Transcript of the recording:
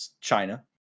China